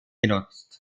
genutzt